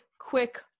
quick